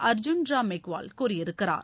அர்ஜூன்ராம் மெஹ்வால் கூறியிருக்கிறார்